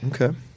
okay